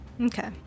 Okay